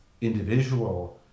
individual